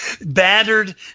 Battered